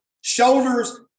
shoulders